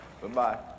Goodbye